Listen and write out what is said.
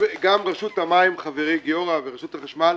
גם רשות המים, חברי גיורא, ורשות החשמל,